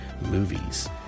movies